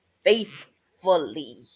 faithfully